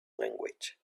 language